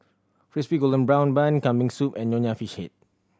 Crispy Golden Brown Bun Kambing Soup and Nonya Fish Head